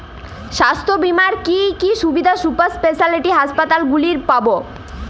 স্বাস্থ্য বীমার কি কি সুবিধে সুপার স্পেশালিটি হাসপাতালগুলিতে পাব?